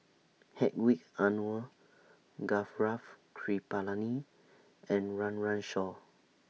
Hedwig Anuar Gaurav Kripalani and Run Run Shaw